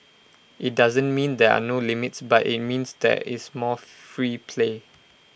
IT doesn't mean there are no limits but IT means there is more free play